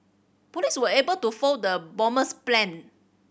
police were able to foil the bomber's plan